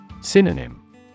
Synonym